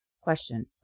Question